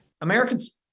Americans